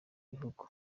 bihugu